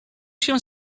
się